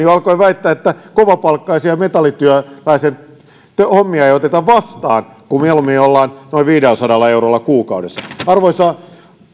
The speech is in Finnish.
jo alkoi väittää että kovapalkkaisia metallityöläisen hommia ei oteta vastaan kun mieluummin ollaan noin viidelläsadalla eurolla kuukaudessa arvoisa